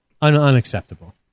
Unacceptable